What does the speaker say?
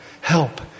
help